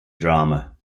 drama